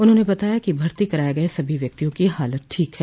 उन्होंने बताया कि भर्ती कराये गये सभी व्यक्तियों की हालत ठीक हैं